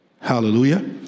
Hallelujah